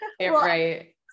Right